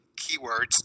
keywords